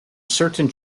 certain